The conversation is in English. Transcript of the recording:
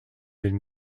been